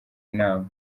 inama